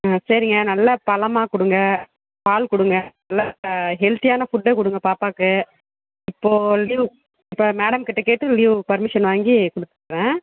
ஆ சரிங்க நல்ல பழமா கொடுங்க பால் கொடுங்க நல்ல ஹெல்த்தியான ஃபுட்டா கொடுங்க பாப்பாக்கு இப்போது லீவ் இப்போது மேடம் கிட்டே கேட்டு லீவ் பெர்மிஸன் வாங்கி கொடுத்துடறேன்